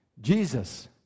Jesus